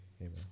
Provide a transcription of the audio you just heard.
amen